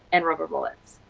and rubber bullets.